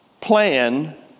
plan